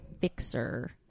Fixer